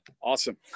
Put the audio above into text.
Awesome